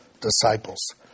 disciples